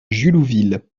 jullouville